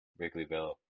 Wrigleyville